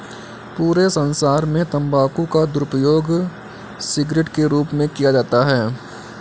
पूरे संसार में तम्बाकू का दुरूपयोग सिगरेट के रूप में किया जाता है